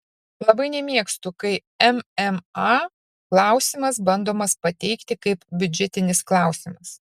labai nemėgstu kai mma klausimas bandomas pateikti kaip biudžetinis klausimas